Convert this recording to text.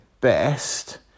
best